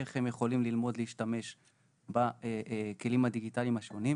איך הם יכולים ללמוד להשתמש בכלים הדיגיטליים השונים.